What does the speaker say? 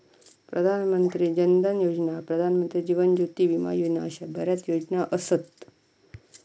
प्रधान मंत्री जन धन योजना, प्रधानमंत्री जीवन ज्योती विमा योजना अशा बऱ्याच योजना असत